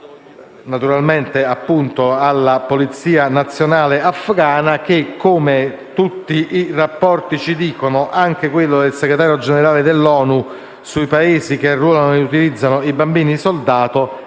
Kabul, destinate alla polizia nazionale afgana, che - come tutti i rapporti ci dicono, anche quello del Segretario Generale dell'ONU sui Paesi che arruolano e utilizzano i bambini soldato